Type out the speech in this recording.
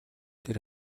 тэр